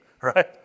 right